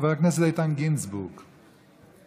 חבר הכנסת איתן גינזבורג נמצא?